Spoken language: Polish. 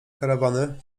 karawany